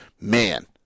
man